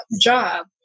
job